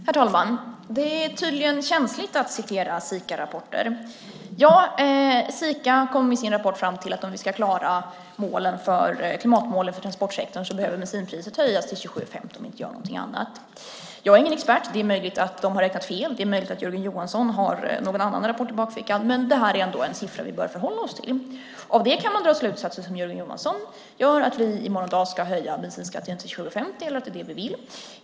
Herr talman! Det är tydligen känsligt att citera Sikarapporter. Ja, Sika kom i sin rapport fram till att om vi ska klara klimatmålen för transportsektorn behöver bensinpriset höjas till 27:50 om vi inte gör något annat. Jag är ingen expert. Det är möjligt att Sika har räknat fel och att Jörgen Johansson har någon annan rapport i bakfickan, men detta är ändå en siffra som vi bör förhålla oss till. Av det kan man dra slutsatsen som Jörgen Johansson gör, nämligen att vi i morgon dag vill höja bensinskatten till 27:50.